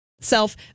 Self